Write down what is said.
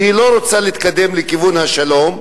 שהיא לא רוצה להתקדם לכיוון השלום,